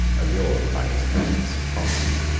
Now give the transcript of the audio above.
allured by his presents and promises,